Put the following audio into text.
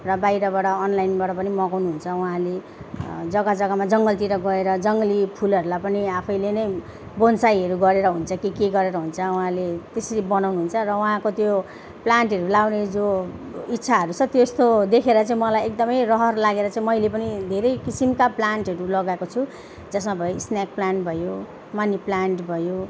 र बाहिरबाट अनलाइनबाट पनि मगाउनुहुन्छ उहाँले जग्गा जग्गामा जङ्गलतिर गएर जङ्गली फुलहरूलाई पनि आफैले नै बोन्साईहरू गरेर हुन्छ कि के गरेर हुन्छ उहाँले त्यसरी बनाउनुहुन्छ र उहाँको त्यो प्लान्टहरू लगाउने जो इच्छाहरू छ त्यस्तो देखेर चाहिँ मलाई एकदमै रहर लागेर चाहिँ मैले पनि धेरै किसिमका प्लान्टहरू लगाएको छु जसमा भयो स्नेक प्लान्ट भयो मनी प्लान्ट भयो